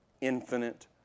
Infinite